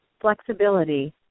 flexibility